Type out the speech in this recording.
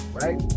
right